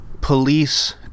Police